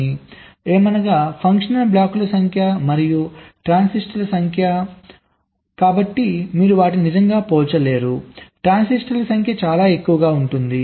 అవి ఏమనగా ఫంక్షనల్ బ్లాకుల సంఖ్య మరియు ట్రాన్సిటర్ల సంఖ్య కాబట్టి మీరు వాటిని నిజంగా పోల్చలేరు ట్రాన్సిస్టర్ల సంఖ్య చాలా ఎక్కువగా ఉంటుంది